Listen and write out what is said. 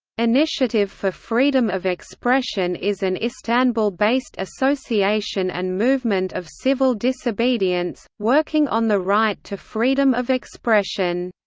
initiative for freedom of expression is an istanbul based association and movement of civil disobedience, working on the right to freedom of expression.